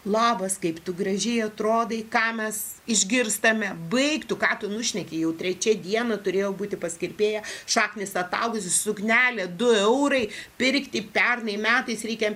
labas kaip tu gražiai atrodai ką mes išgirstame baig tu ką tu nušneki jau trečia diena turėjau būti pas kirpėją šaknys ataugusios suknelė du eurai pirkti pernai metais reikia